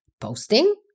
posting